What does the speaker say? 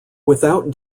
without